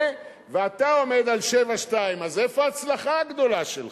ואתה עומד על 7.2%. אז איפה ההצלחה הגדולה שלך?